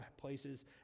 places